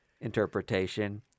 interpretation